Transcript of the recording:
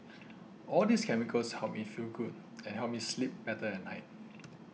all these chemicals help me feel good and help me sleep better at night